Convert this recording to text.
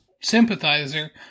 sympathizer